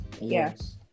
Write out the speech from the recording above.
Yes